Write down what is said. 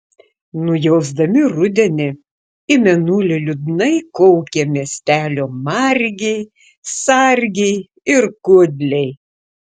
nujausdami rudenį į mėnulį liūdnai kaukė miestelio margiai sargiai ir kudliai